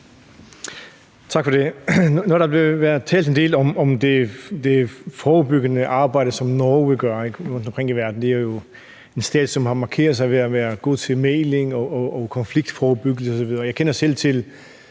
Tak for det. Nu har der været talt en del om det forebyggende arbejde, som Norge gør rundtomkring i verden. Det er en stat, som har markeret sig ved at gå til mægling og konfliktforebyggelse osv. Jeg kender selv til